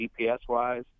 GPS-wise